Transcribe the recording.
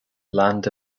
land